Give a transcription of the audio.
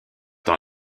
dans